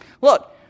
Look